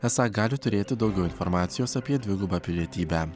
esą gali turėti daugiau informacijos apie dvigubą pilietybę